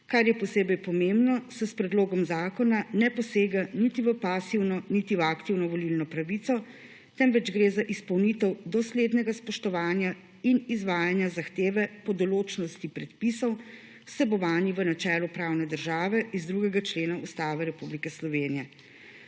Kar je posebej pomembno, se s predlogom zakona ne posega niti v pasivno niti v aktivno volilno pravico, temveč gre za izpolnitev doslednega spoštovanja in izvajanja zahteve po določnosti predpisov, vsebovani v načelu pravne države iz 2. člena Ustave Republike Slovenije.